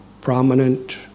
prominent